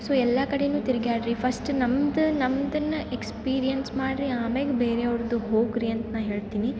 so ಎಲ್ಲ ಕಡೆ ತಿರುಗ್ಯಾಡ್ರಿ ಫಸ್ಟ್ ನಮ್ದು ನಮ್ದನ್ನು ಎಕ್ಸ್ಪೀರಿಯನ್ಸ್ ಮಾಡಿರಿ ಆಮೇಗೆ ಬೇರೆಯವ್ರದ್ದು ಹೋಗಿರಿ ಅಂತ ನಾ ಹೇಳ್ತಿನಿ